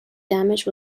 damage